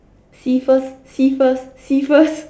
see first see first see first